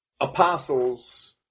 apostles